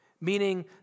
meaning